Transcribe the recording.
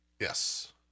Yes